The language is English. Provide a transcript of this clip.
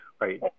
right